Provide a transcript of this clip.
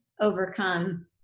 overcome